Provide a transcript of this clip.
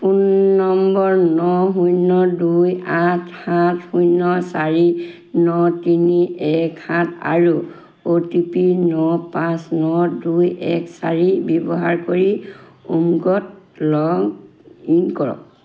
phone number ন শূন্য দুই আঠ সাত শূন্য চাৰি ন তিনি এক সাত আৰু অ' টি পি ন পাঁচ ন দুই এক চাৰি ব্যৱহাৰ কৰি উমংগত লগ ইন কৰক